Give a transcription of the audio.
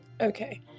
Okay